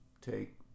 take